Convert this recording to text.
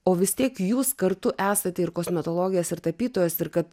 o vis tiek jūs kartu esate ir kosmetologės ir tapytojos ir kad